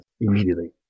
Immediately